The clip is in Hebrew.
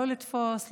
לא לתפוס,